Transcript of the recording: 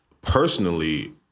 Personally